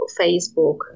Facebook